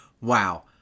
wow